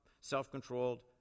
Self-controlled